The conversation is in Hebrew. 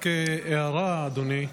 רק הערה, אדוני.